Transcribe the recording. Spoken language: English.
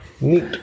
Neat